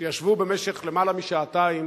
שישבו במשך למעלה משעתיים